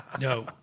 no